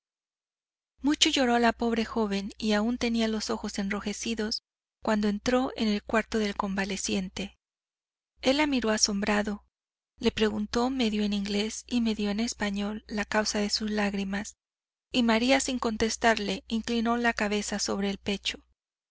mucho lloró la pobre joven y aun tenía los ojos enrojecidos cuando entró en el cuarto del convaleciente él la miró asombrado le preguntó medio en inglés y medio en español la causa de sus lágrimas y maría sin contestarle inclinó la cabeza sobre el pecho